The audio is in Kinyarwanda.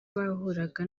bahuraga